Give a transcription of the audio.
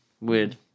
weird